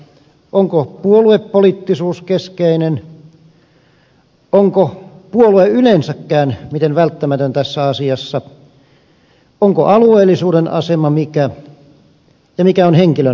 onko puoluepoliittisuus keskeinen onko puolue yleensäkään miten välttämätön tässä asiassa mikä on alueellisuuden asema ja mikä on henkilön asema